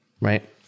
right